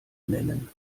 nennen